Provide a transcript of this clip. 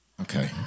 Okay